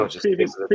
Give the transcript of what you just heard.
Previous